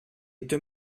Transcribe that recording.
deux